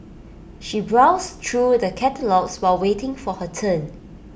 she browsed through the catalogues while waiting for her turn